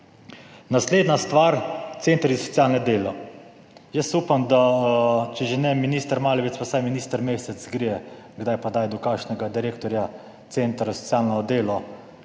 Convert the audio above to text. Naslednja stvar, centri za socialno delo. Jaz upam, da če že ne minister Maljevac, pa vsaj minister Mesec, gre kdaj pa kdaj do kakšnega direktorja Centra za socialno delo,